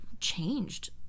changed